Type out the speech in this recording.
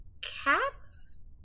cats